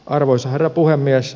arvoisa herra puhemies